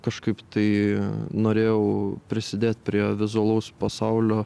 kažkaip tai norėjau prisidėt prie vizualaus pasaulio